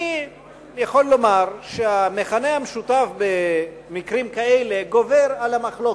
אני יכול לומר שהמכנה המשותף במקרים כאלה גובר על המחלוקת.